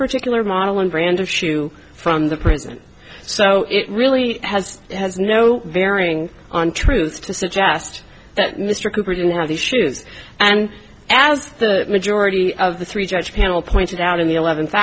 particular model one brand of shoe from the prison so it really has it has no bearing on truth to suggest that mr cooper didn't have these shoes and as the majority of the three judge panel pointed out in the eleventh